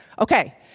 Okay